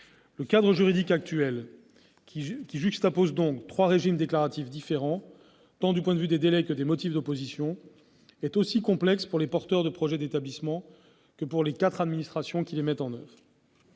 Le cadre juridique actuel, qui juxtapose donc trois régimes déclaratifs différents du point de vue tant des délais que des motifs d'opposition, est aussi complexe pour les porteurs de projet d'établissement que pour les quatre administrations qui le mettent en oeuvre.